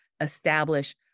establish